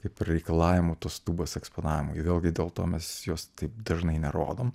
kaip ir reikalavimų tos tūbos eksponavimui vėlgi dėl to mes jos taip dažnai nerodom